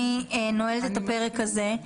אני נועלת את הפרק הזה.